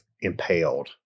impaled